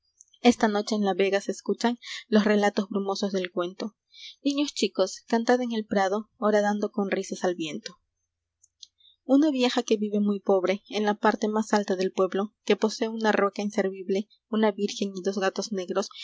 esta noche en la vega se escuchan los relatos brumosos del cuento niños chicos cantad en el prado horadando con risas al viento una vieja que vive muy pobre en la parte más alta del pueblo que posee una rueca inservible una virgen y dos gatos negros